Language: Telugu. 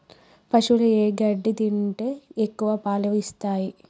పశువులు ఏ గడ్డి తింటే ఎక్కువ పాలు ఇస్తాయి?